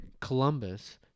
Columbus